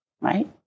Right